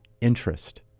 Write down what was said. interest